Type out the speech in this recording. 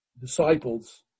disciples